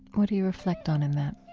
what do you reflect on in that?